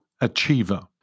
achiever